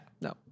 no